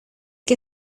que